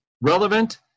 relevant